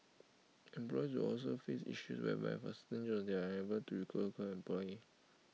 employers will also face the issue whereby for certain jobs they are unable to recruit local employee